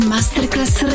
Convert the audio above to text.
Masterclass